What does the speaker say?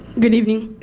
good evening.